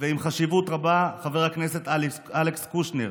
ועם חשיבות רבה, חבר הכנסת אלכס קושניר,